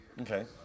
Okay